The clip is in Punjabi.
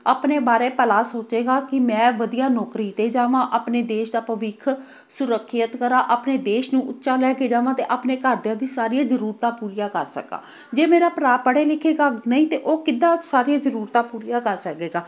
ਆਪਣੇ ਬਾਰੇ ਭਲਾ ਸੋਚੇਗਾ ਕਿ ਮੈਂ ਵਧੀਆ ਨੌਕਰੀ 'ਤੇ ਜਾਵਾਂ ਆਪਣੇ ਦੇਸ਼ ਦਾ ਭਵਿੱਖ ਸੁਰੱਖਿਅਤ ਕਰਾਂ ਆਪਣੇ ਦੇਸ਼ ਨੂੰ ਉੱਚਾ ਲੈ ਕੇ ਜਾਵਾਂ ਅਤੇ ਆਪਣੇ ਘਰਦਿਆਂ ਦੀ ਸਾਰੀਆਂ ਜਰੂਰਤਾਂ ਪੂਰੀਆਂ ਕਰ ਸਕਾਂ ਜੇ ਮੇਰਾ ਭਰਾ ਪੜ੍ਹੇ ਲਿਖੇਗਾ ਨਹੀਂ ਤਾਂ ਉਹ ਕਿੱਦਾਂ ਸਾਰੀਆਂ ਜਰੂਰਤਾਂ ਪੂਰੀਆਂ ਕਰ ਸਕੇਗਾ